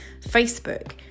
Facebook